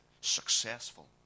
successful